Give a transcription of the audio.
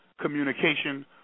communication